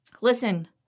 listen